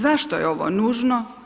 Zašto je ovo nužno?